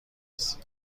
رسی